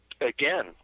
again